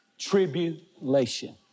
tribulation